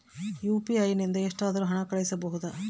UPI ನಿಂದ ಎಷ್ಟಾದರೂ ಹಣ ಕಳಿಸಬಹುದಾ?